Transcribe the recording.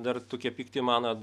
dar tokie pikti mano